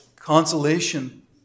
Consolation